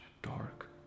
dark